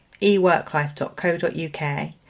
eworklife.co.uk